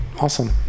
awesome